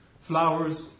flowers